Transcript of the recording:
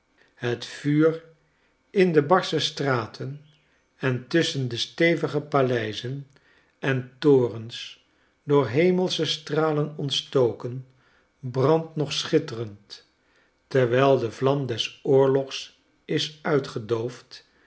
het vuur in de barsche straten en tusschen de stevige paleizen en torens door hemelsche stralen ontstoken brandt nog schitterend terwijl de vlam des oorlogs is uitgedoofd